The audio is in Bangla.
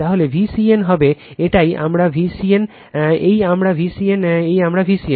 তাহলে Vcn হবে এটাই আমার Vcn এই আমার Vcn এই আমার Vcn